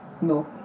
no